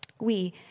We